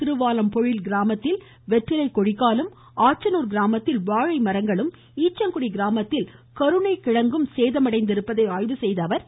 திருவாலம்பொழில் கிராமத்தில் வெற்றிலை கொடிக்காலும் ஆச்சனூர் கிராமத்தில் வாழை மரங்களும் ஈச்சங்குடி கிராமத்தில் கருணைக்கிழங்கு சேதமடைந்திருப்பதை ஆய்வு செய்த அவர்